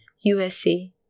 usa